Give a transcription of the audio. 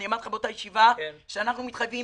אמרתי לך באותה ישיבה שאנחנו מתחייבים